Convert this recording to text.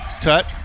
Tut